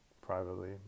privately